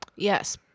Yes